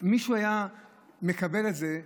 מי היה מקבל את זה,